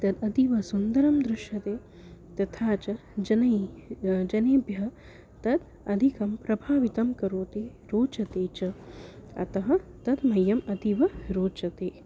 तद् अतीवसुन्दरं दृश्यते तथा च जनेभ्यः जनेभ्यः तत् अधिकं प्रभावितं करोति रोचते च अतः तद् मह्यम् अतीव रोचते